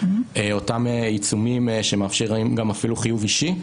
אותם עיצומים שמאפשרים אפילו חיוב אישי,